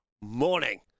morning